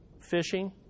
fishing